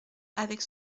avec